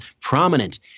prominent